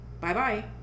Bye-bye